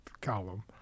column